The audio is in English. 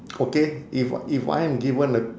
okay if I if I am given a